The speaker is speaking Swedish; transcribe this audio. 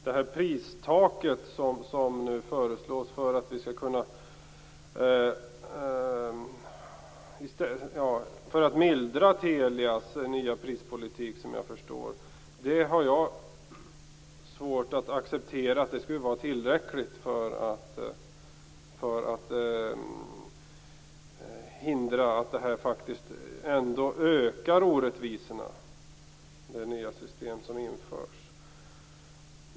Jag har svårt att acceptera att det pristak som nu föreslås för att mildra Telias nya prispolitik, vad jag förstår, skulle vara tillräckligt för att hindra att det nya system som införs faktiskt ökar orättvisorna.